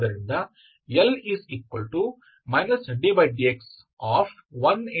ಆದ್ದರಿಂದ L ddx1